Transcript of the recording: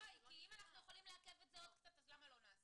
כי אם אפשר לעכב את זה קצת --- די,